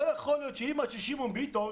לא יכול להיות שאימא של שמעון ביטון,